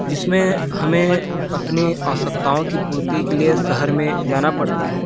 जिसमें हमें अपनी आवश्यकताओं की पूर्ति के लिए शहर में जाना पड़ता है